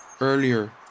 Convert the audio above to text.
earlier